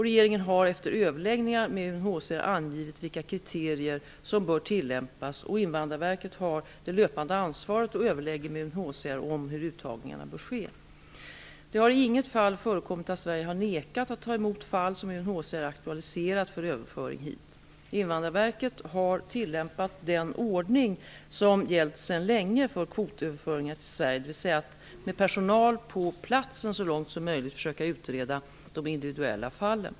Regeringen har, efter överläggningar med UNHCR, angivit vilka kriterier som bör tillämpas och Invandrarverket har det löpande ansvaret och överlägger med UNHCR om hur uttagningarna bör ske. Det har i inget fall förekommit att Sverige nekat ta emot fall som UNHCR aktualiserat för överföring hit. Invandrarverket har tillämpat den ordning som gällt sedan länge för kvotöverföringar till Sverige, d.v.s. att med personal på platsen så långt möjligt försöka utreda de individuella fallen.